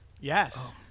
Yes